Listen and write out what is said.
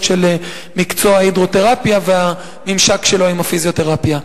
של מקצוע ההידרותרפיה והממשק שלו עם הפיזיותרפיה.